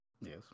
Yes